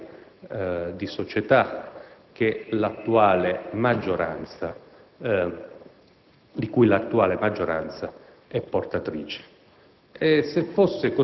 all'idea di società di cui l'attuale maggioranza è portatrice.